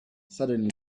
suddenly